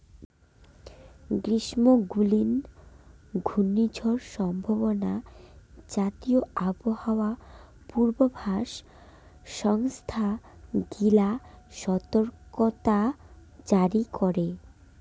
গ্রীষ্মমণ্ডলীয় ঘূর্ণিঝড় সম্ভাবনা জাতীয় আবহাওয়া পূর্বাভাস সংস্থা গিলা সতর্কতা জারি করে